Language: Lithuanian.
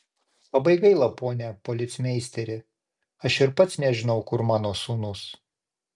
labai gaila pone policmeisteri aš ir pats nežinau kur mano sūnus